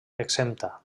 exempta